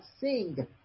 sing